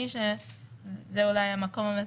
שגם ככה אין הכרזה.